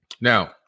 Now